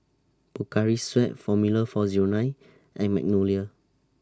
Pocari Sweat Formula four Zero nine and Magnolia